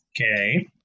Okay